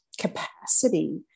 capacity